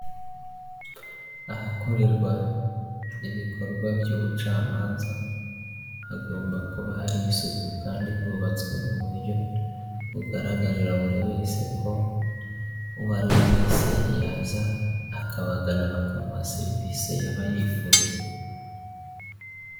Ahakorerwa ibikorwa by'ubucamanza, hagomba kuba hari isuku kandi hubatswe mu buryo bugaragarira buri wese ko uwo ari wese, yaza akabagana bakamuha serivisi yaba yifuza.